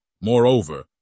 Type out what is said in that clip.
Moreover